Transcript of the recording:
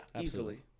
easily